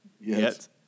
Yes